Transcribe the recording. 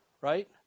right